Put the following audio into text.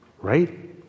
right